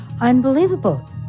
unbelievable